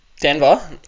Denver